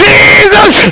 Jesus